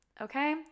okay